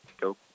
Go